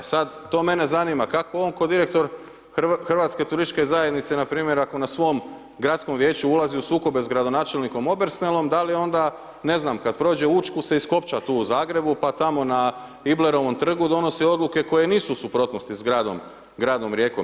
A sad to mene zanima, kako on ko direktor Hrvatske turističke zajednice npr. ako na svom gradskom vijeću ulazi u sukobe s gradonačelnikom Obersnelom da li onda ne znam kad prođe Učku se iskopča tu u Zagrebu, pa tamo na Iblerovom trgu donosi odluke koje nisu u suprotnosti s gradom, gradom Rijekom.